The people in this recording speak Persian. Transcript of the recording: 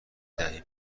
دهه